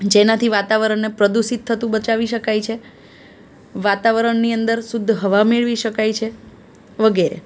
જેનાથી વાતાવરણને પ્રદૂષિત થતું બચાવી શકાય છે વાતાવરણની અંદર શુદ્ધ હવા મેળવી શકાય છે વગેરે